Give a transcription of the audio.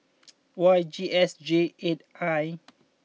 Y G S J eight I